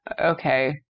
Okay